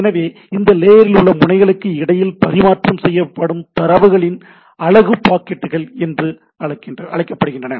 எனவே இந்த லேயரில் உள்ள முனைகளுக்கு இடையில் பரிமாற்றம் செய்யப்படும் தரவுகளின் அலகு பாக்கெட்டுகள் என்று அழைக்கப்படுகிறது